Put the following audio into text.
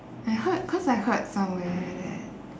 I heard cause I heard somewhere that